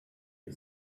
you